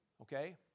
okay